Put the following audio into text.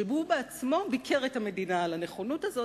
שהוא עצמו ביקר את המדינה על הנכונות הזאת,